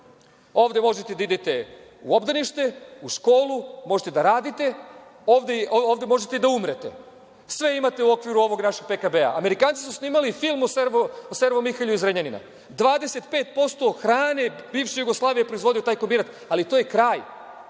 ovde možete da idete u obdanište, u školu, možete da radite, ovde možete i da umrete. Sve imate u okviru ovog našeg PKB-a. Amerikanci su snimali film o „Servo Mihalju“ iz Zrenjanina. Dvadeset pet posto hrane bivše Jugoslavije proizvodio je taj kombinat, ali to je kraj.